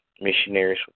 missionaries